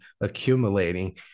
accumulating